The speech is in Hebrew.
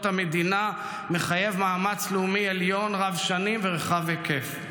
המדינה מחייב מאמץ לאומי עליון רב שנים ורחב היקף.